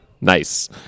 Nice